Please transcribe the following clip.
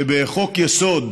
שבחוק-יסוד: